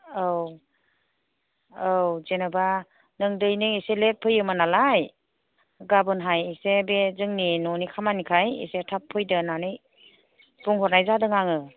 औ औ जेनेबा नों दैलि एसे लेत फैयोमोन नालाय गाबोनहाय एसे बे जोंनि न'नि खामानिखाय एसे थाब फैदो होननानै बुंहरनाय जादों आङो